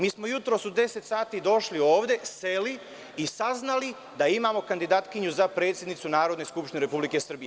Mi smo jutros u 10.00 časova došli ovde, seli i saznali da imamo kandidatkinju za predsednicu Narodne skupštine Republike Srbije.